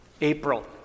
April